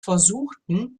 versuchten